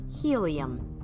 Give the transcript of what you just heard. helium